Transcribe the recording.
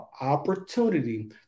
opportunity